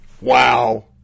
Wow